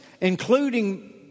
including